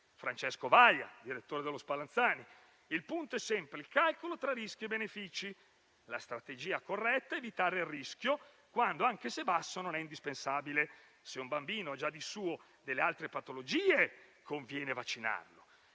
Francesco Vaia, direttore dello Spallanzani, dice che il punto è sempre il calcolo tra rischi e benefici e che la strategia corretta è evitare il rischio quando, anche se basso, non è indispensabile e che, se un bambino ha già di suo delle altre patologie, conviene vaccinarlo;